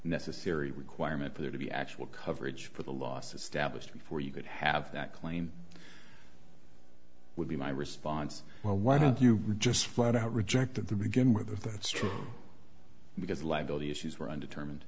necessary requirement for there to be actual coverage for the loss established before you could have that claim would be my response well why don't you just flat out rejected the begin whether that's true because liability issues were undetermined